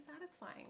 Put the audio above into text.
satisfying